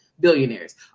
billionaires